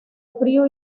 frío